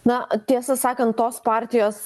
na tiesą sakant tos partijos